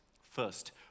First